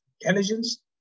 intelligence